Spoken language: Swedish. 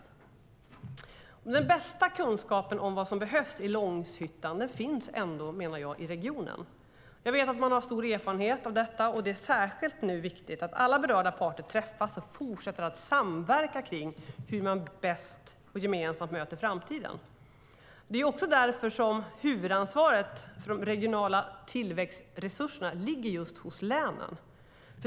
Jag menar att den bästa kunskap om vad som behövs i Långshyttan finns ändå i regionen. Jag vet att man har stor erfarenhet av detta, och det är särskilt viktigt att alla berörda parter nu träffas och fortsätter att samverka kring hur man bäst och gemensamt möter framtiden. Det är också därför som huvudansvaret för de regionala tillväxtresurserna ligger just hos länen.